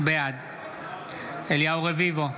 בעד אליהו רביבו,